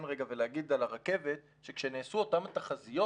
רגע ולהגיד על הרכבת שכשנעשו אותן התחזיות,